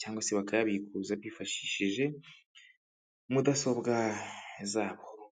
cyangwa se bakayabikuza bifashishije mudasobwa zabo.